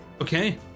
Okay